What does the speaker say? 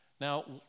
Now